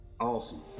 awesome